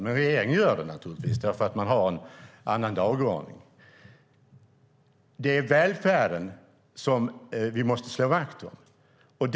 Men regeringen gör det naturligtvis, eftersom man har en annan dagordning. Det är välfärden som vi måste slå vakt om.